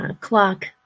clock